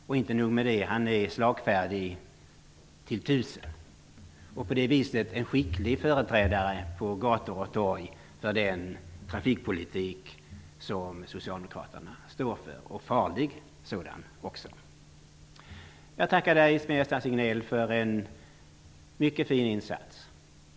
Och inte nog med det: Han är slagfärdig till tusen, och på det viset är han en skicklig företrädare på gator och torg för den trafikpolitik som Socialdemokraterna står för, och han är dessutom en farlig sådan. Jag tackar Sven-Gösta Signell för en mycket fin insats.